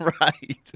Right